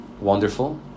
wonderful